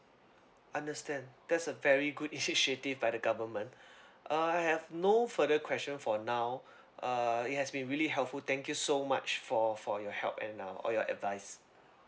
understand that's a very good initiative by the government uh I have no further question for now uh it has been really helpful thank you so much for for your help and uh all your advice